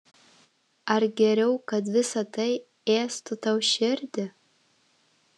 ar geriau kad visa tai ėstų tau širdį